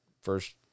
first